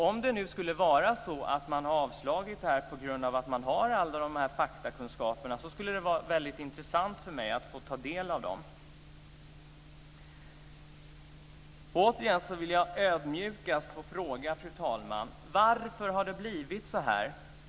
Om man nu har avstyrkt detta för att alla dessa faktakunskaper finns, skulle det vara intressant för mig att få ta del av dem. Återigen vill jag ödmjukast fråga, fru talman, varför det har blivit så.